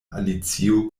alicio